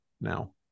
now